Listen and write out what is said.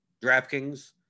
DraftKings